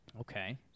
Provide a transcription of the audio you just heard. Okay